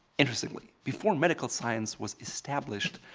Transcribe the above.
interestingly, before medical science was established,